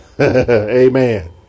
Amen